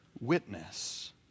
witness